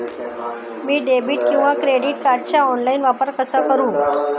मी debit किंवा credit कार्डचा online वापर कसा करु?